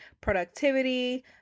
productivity